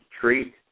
treat